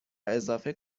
اضافه